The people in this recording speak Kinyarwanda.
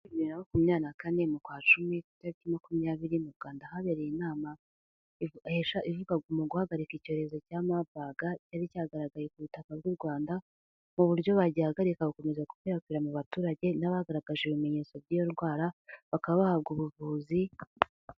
Bibiri na makumyabiri na kane mu kwa cumi, itariki makumyabiri, mu Rwanda habereye inama ivuga ku guhagarika icyorezo cya Mabaga, cyari cyagaragaye ku butaka bw'u Rwanda. Mu buryo bagihagarika gukomeza kukwirakwira mu baturage, n'abagaragaje ibimenyetso by'iyo ndwara baGabahabwa ubuvuzi.